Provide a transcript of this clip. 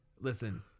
Listen